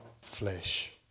flesh